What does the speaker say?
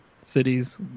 cities